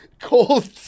cold